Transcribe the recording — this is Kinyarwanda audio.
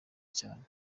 cyane